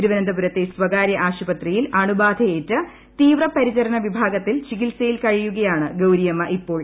തിരുവനന്തപുരത്തെ സ്പ്രിക്കാരൃ ആശുപത്രിയിൽ അണുബാധയേറ്റ് തീവ്രപരിചരണ വിഭാഗത്തിൽ ചികിത്സയിൽ കഴിയുകയാണ് ഗൌരിയമ്മ ഇപ്പോൾ